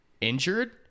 Injured